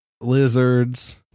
Lizards